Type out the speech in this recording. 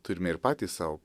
turime ir patys sau